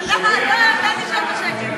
אתה, אתה תשב בשקט.